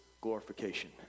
glorification